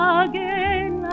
again